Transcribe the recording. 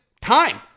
time